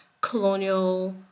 colonial